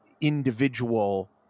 individual